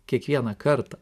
kiekvieną kartą